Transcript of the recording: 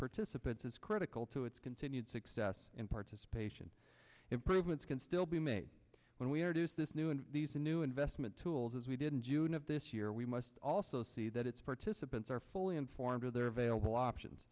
participants is critical to its continued success and participation improvements can still be made when we are it is this new and these new investment tools as we didn't june of this year we must also see that its participants are fully informed of their available options